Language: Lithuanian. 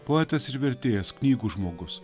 poetas ir vertėjas knygų žmogus